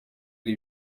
ari